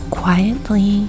quietly